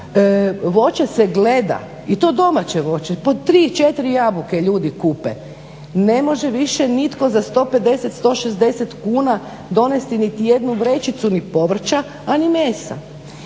voće se gleda i to domaće voće, po 3-4 jabuke ljudi kupe. Ne može više nitko za 150, 160 kuna donesti niti jednu vrećicu ni povrća, a ni mesa.